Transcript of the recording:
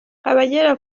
abagera